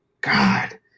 God